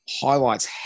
Highlights